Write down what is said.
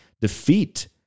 defeat